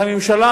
הממשלה,